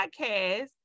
podcast